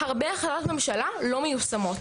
הרבה החלטות ממשלה לא מיושמות,